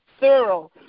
thorough